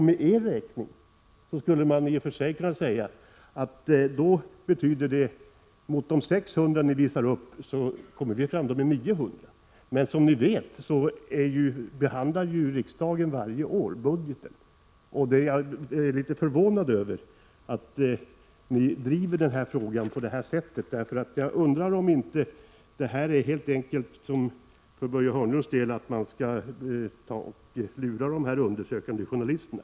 Med ert sätt att räkna skulle man kunna säga att de 600 milj.kr. som ni hänvisar till ökar till 900 milj.kr. Men som bekant tar riksdagen varje år ställning till budgeten, och jag är därför litet förvånad över att ni driver frågan på detta sätt. Jag undrar om inte Börje Hörnlunds mål är att försöka lura de undersökande journalisterna.